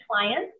clients